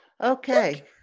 Okay